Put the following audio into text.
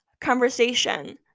conversation